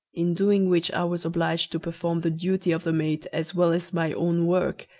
in doing which i was obliged to perform the duty of the mate as well as my own work,